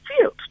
field